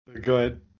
good